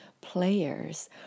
players